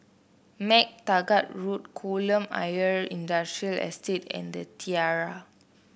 MacTaggart Road Kolam Ayer Industrial Estate and The Tiara